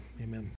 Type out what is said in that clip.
amen